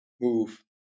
move